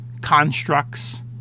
constructs